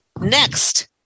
Next